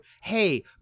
hey